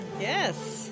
Yes